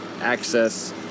access